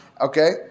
Okay